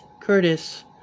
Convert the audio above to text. Curtis